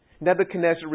Nebuchadnezzar